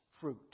fruit